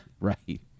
Right